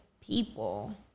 people